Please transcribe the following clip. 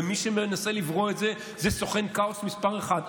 ומי שמנסה לברוא את זה הוא סוכן כאוס מס' אחת,